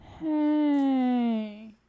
Hey